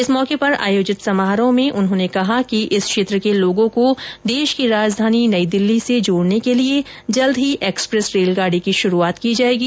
इस मौके पर आयोजित समारोह में उन्होंने कहा कि इस क्षेत्र के लोगों को देश की राजधानी नई दिल्ली से जोड़ने के लिए जल्द ही एक्सप्रेस रेलगाड़ी की शुरुआत की जाएगी